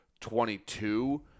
22